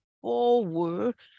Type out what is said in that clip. forward